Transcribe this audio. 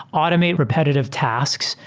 automate repetitive tasks,